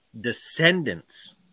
descendants